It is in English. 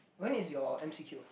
when is your M_C_Q